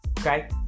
okay